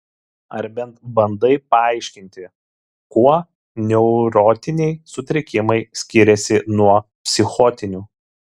ar bent bandai paaiškinti kuo neurotiniai sutrikimai skiriasi nuo psichotinių